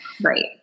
Right